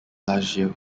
lazio